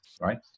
right